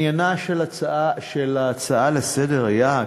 עניינה של ההצעה לסדר-היום היה,